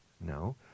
No